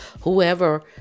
whoever